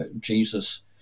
Jesus